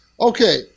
Okay